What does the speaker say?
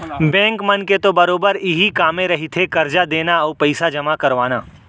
bank मन के तो बरोबर इहीं कामे रहिथे करजा देना अउ पइसा जमा करवाना